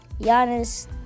Giannis